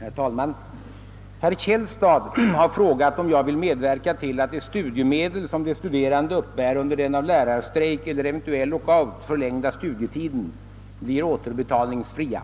Herr talman! Herr Källstad har frågat, om jag vill medverka till att de studiemedel som de studerande uppbär under den av lärarstrejk eller eventuell lockout förlängda studietiden, blir återbetalningsfria.